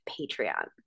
Patreon